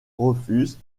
refuse